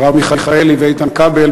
מרב מיכאלי ואיתן כבל,